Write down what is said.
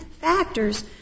factors